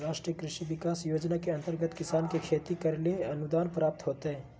राष्ट्रीय कृषि विकास योजना के अंतर्गत किसान के खेती करैले अनुदान प्राप्त होतय